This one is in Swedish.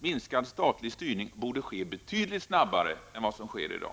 Minskad statlig styrning borde införas betydligt snabbare än vad som sker i dag.